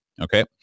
Okay